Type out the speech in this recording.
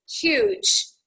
huge